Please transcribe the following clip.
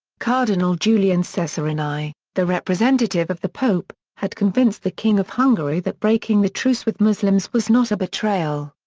cardinal julian cesarini, the representative of the pope, had convinced the king of hungary that breaking the truce with muslims was not a betrayal.